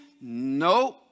Nope